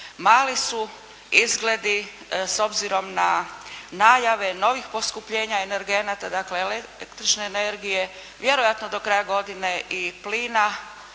Mali su izgledi s obzirom na najave novih poskupljenja energenata dakle električne energije, vjerojatno do kraja godine i plina.